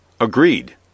Agreed